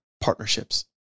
partnerships